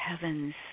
heavens